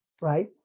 right